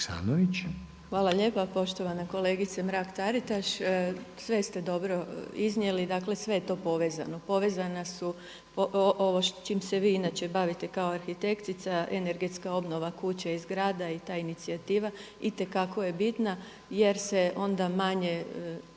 Hvala lijepa poštovana kolegice Mrak Taritaš. Sve ste dobro iznijeli. Dakle, sve je to povezano. Povezana su ovo čim se vi inače bavite kao arhitektica, energetska obnova kuće i zgrada i ta inicijativa itekako je bitna jer se onda manje